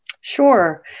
Sure